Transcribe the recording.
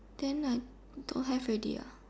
then I don't have already ah